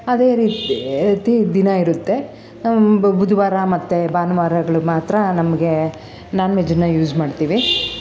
ಅದೇ ರೀತಿ ತಿ ದಿನ ಇರುತ್ತೆ ಬುಧವಾರ ಮತ್ತು ಭಾನುವಾರಗಳು ಮಾತ್ರ ನಮಗೆ ನಾನ್ವೆಜ್ಜನ್ನು ಯೂಸ್ ಮಾಡ್ತೀವಿ